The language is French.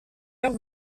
heure